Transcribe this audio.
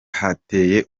hateye